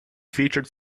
featured